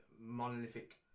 monolithic